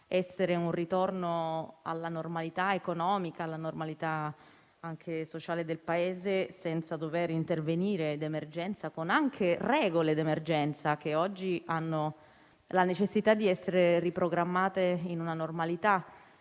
esserci un ritorno alla normalità economica e sociale del Paese, senza dover intervenire d'emergenza e con regole d'emergenza, che oggi hanno la necessità di essere riprogrammate in una normalità